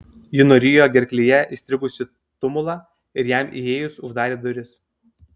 ji nurijo gerklėje įstrigusį tumulą ir jam įėjus uždarė duris